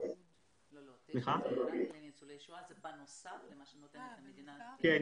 רק לניצולי שואה, זה בנוסף למה שנותנת המדינה.